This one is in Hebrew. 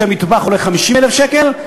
שהמטבח עולה 50,000 שקל.